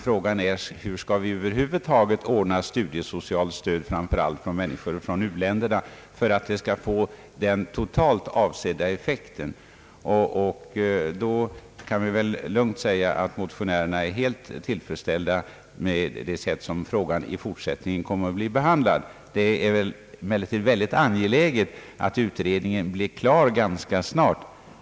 Frågan är i stället: Hur skall vi över huvud taget ordna det studiesociala stödet framför allt för de utländska studerandena från u-länderna för att stödet skall få den totalt avsedda effekten? Jag kan lugnt säga att motionärerna är helt tillfredsställda med det sätt varpå denna fråga i fortsättningen kommer att bli behandlad. Det är emellertid angeläget att utredningen sker ganska snart.